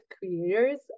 creators